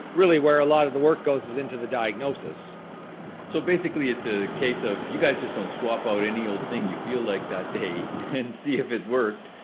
really where a lot of the work goes into the diagnosis. mark so basically it's a case of you guys just don't swap out any old thing you feel like that day and see if it worked.